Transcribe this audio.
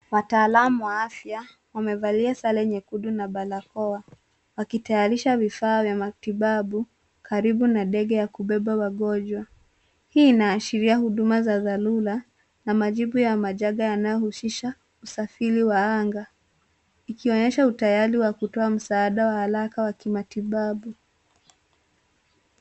Wataalam wa afya wamevalia sare nyekundu na barakoa, wakitayarisha vifaa vya kimatibabu karibu na ndege ya kubeba wagonjwa. Hii inaashiria huduma za dharura na majibu ya majaga yanayohusisha usafiri wa anga, ikionyesha utayari wa kutoa msaada wa haraka wa kimatibabu.